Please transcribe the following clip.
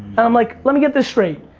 and i'm like, let me get this straight.